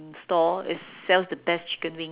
store it sells the best chicken wing